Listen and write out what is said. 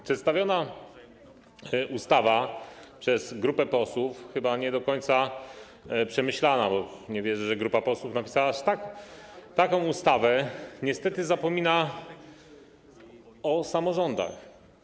Przedstawiona przez grupę posłów ustawa - chyba nie do końca przemyślana, bo nie wierzę, że grupa posłów napisała aż taką ustawę - niestety zapomina o samorządach.